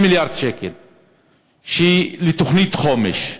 לתוכנית חומש,